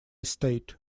state